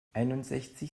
einundsechzig